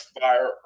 Fire